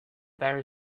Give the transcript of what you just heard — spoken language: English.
there